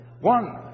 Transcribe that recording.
One